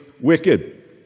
wicked